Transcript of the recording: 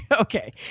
okay